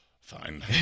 fine